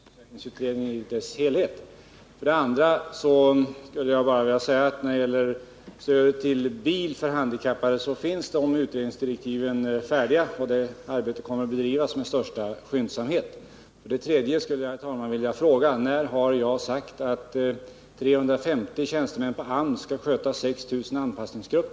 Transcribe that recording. Herr talman! För det första får jag notera att inte heller socialdemokratiska motionärer och reservanter har följt upp sysselsättningsutredningen i dess helhet. För det andra vill jag säga att när det gäller stödet till bil för handikappade så finns utredningsdirektiven färdiga, och arbetet kommer att bedrivas med största skyndsamhet. För det tredje skulle jag, herr talman, vilja fråga: När har jag sagt att 350 tjänstemän på AMS skall sköta 6 000 anpassningsgrupper?